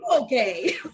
okay